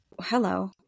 Hello